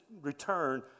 return